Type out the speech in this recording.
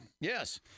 Yes